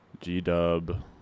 G-Dub